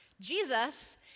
Jesus